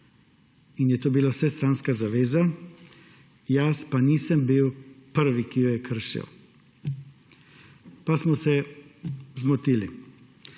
To je bila vsestranska zaveza, jaz pa nisem bil prvi, ki jo je kršil. Pa smo se zmotili.